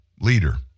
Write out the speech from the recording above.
leader